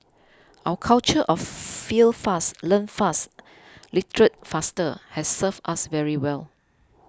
our culture of 'fail fast learn fast iterate faster' has served us very well